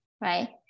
right